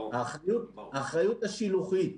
האחריות השילוחית,